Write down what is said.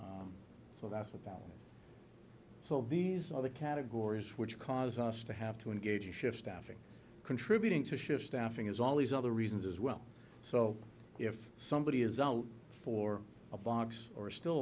so that's about so all these other categories which cause us to have to engage a shift staffing contributing to shift staffing is all these other reasons as well so if somebody is out for a box or still